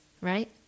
right